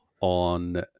on